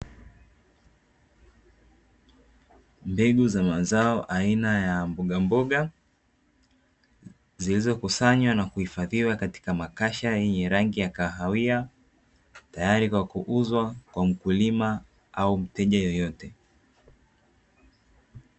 Mbegu za mazo aina ya mboga mboga, zilizokusanywa na kuhifadhiwa katika makasha yenye rangi ya kahawia, tayari kwa kuuzwa kwa mkulima au mteja yoyote.